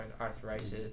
arthritis